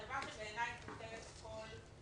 הדבר שבעיניי פותר את הכול,